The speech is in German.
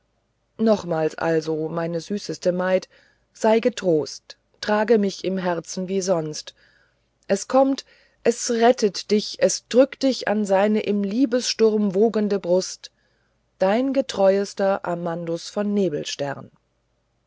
nochmals also meine süßeste maid sei getrost trage mich im herzen wie sonst es kommt es rettet dich es drückt dich an seine im liebessturm wogende brust dein getreuester amandus von